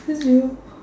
two zero